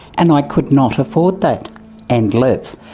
and i could not afford that and live.